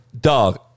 Dog